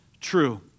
true